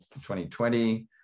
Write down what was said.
2020